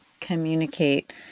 communicate